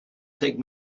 take